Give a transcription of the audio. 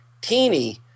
teeny